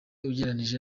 ugereranyije